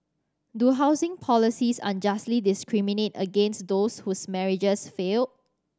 do housing policies unjustly discriminate against those whose marriages failed